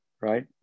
right